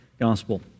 gospel